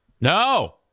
No